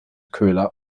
köhler